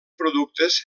productes